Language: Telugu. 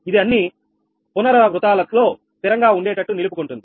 ఇది అన్ని పునరావృతాలలో స్థిరంగా ఉండేటట్టు నిలుపుకుంటుంది